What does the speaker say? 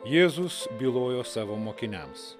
jėzus bylojo savo mokiniams